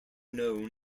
known